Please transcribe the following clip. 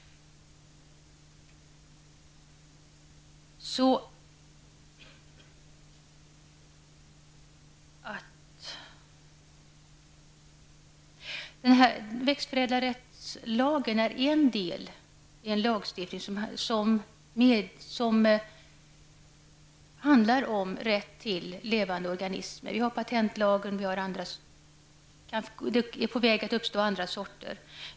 Växtförädlarrättslagen utgör en del av en lagstiftning som handlar om rätt till levande organismer. Ett exempel är patentlagen.